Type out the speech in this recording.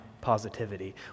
positivity